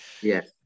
Yes